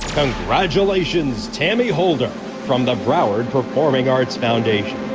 congratulations tammy holder from the broward performing arts foundation